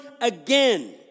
again